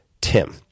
Tim